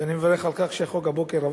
ואני מברך על כך שהחוק עבר הבוקר,